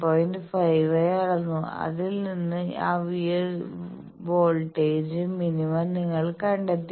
5 ആയി അളന്നു അതിൽ നിന്ന് ആ വോൾട്ടേജ് മിനിമ നിങ്ങൾ കണ്ടെത്തി